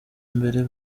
mbere